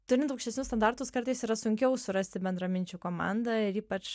turint aukštesnius standartus kartais yra sunkiau surasti bendraminčių komandą ir ypač